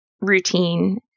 routine